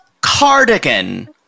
cardigan